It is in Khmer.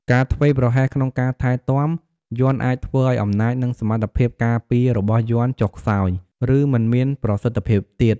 ការធ្វេសប្រហែសក្នុងការថែទាំ យ័ន្តអាចធ្វើឱ្យអំណាច និងសមត្ថភាពការពាររបស់យន្តចុះខ្សោយ ឬមិនមានប្រសិទ្ធភាពទៀត។